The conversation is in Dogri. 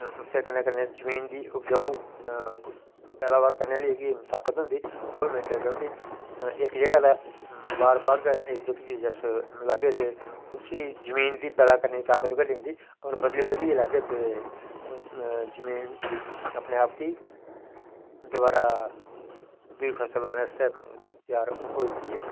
एजुकेशन पालिसी दे तैहत ओह् क्या सारियां कताबां जेदे बेच्च स्हाड़ी साइंस टेकनालजी बी जुड़ी दी ऐ डोगरी च उपलब्ध होई सकदियां जां नेई होंदियां ऐन सिर्फ एक्क कहानी आहली कताब के तुसेंगी दित्ती जाग ते बाकी टेकनालजी जेहकियां चीजां हैन जां मैथामेटिकल साहब ते साइंस दियां जेहका